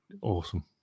awesome